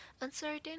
uncertain